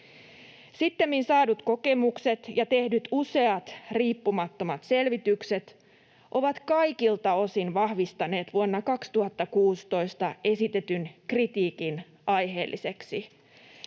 Sittemmin saadut kokemukset ja tehdyt useat riippumattomat selvitykset ovat kaikilta osin vahvistaneet vuonna 2016 esitetyn kritiikin aiheelliseksi.